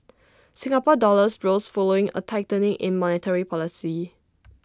Singapore's dollar rose following A tightening in monetary policy